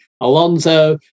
Alonso